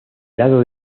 lado